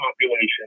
population